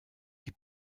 die